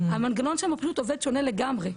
המנגנון שם פשוט עובד שונה לגמרי,